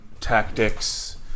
tactics